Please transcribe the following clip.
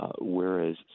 whereas